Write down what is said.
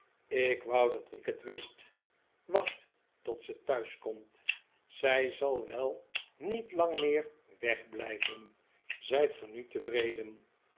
ik wou dat ik het wist wacht tot ze thuis komt zij zal wel niet lang meer wegblijven zijt ge nu tevreden